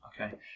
Okay